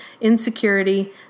insecurity